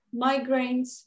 migraines